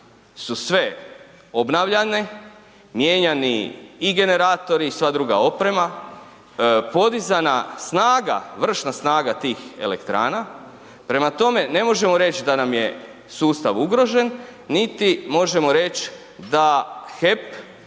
su sve obnavljane, mijenjani i generatori i sva druga oprema, podizana snaga, vršna snaga tih elektrana. Prema tome, ne možemo reći da nam je sustav ugrožen, niti možemo reći da HEP,